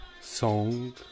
song